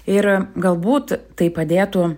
ir galbūt tai padėtų